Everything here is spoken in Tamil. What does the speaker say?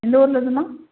எந்த ஊர்லேருந்தும்மா